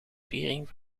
viering